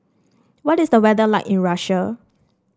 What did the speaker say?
what is the weather like in Russia